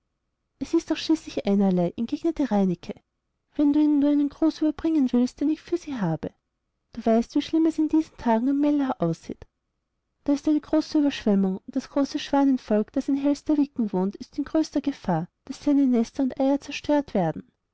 es ist auch schließlich einerlei entgegnete reineke wenn du ihnen nur einen gruß überbringen willst den ich für sie habe du weißt wie schlimm es in diesentagenammälaraussieht daisteinegroßeüberschwemmung unddas große schwanenvolk das in hjälstaviken wohnt ist in größter gefahr daß seine nester und eier zerstört werden